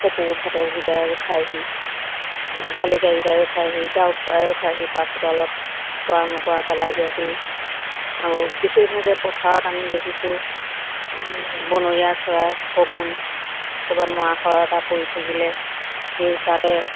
কপৌ ভাটৌকেইটাই খাইহি শালিকাকেইটাইও খাইহি ডাউক চৰাইও খাইহি পাছ চোতালত চৰাই মকৰা পেলাই দিয়াখিনি আৰু বিশেষভাগে পথাৰত আমি দেখিছোঁ বনৰীয়া চৰাই শগুন ক'ৰবাত মৰা শ এটা পৰি থাকিলে সেই তাতে